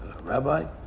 Rabbi